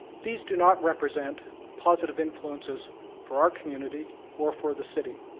these do not represent positive influences for our community or for the city.